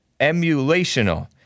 emulational